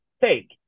fake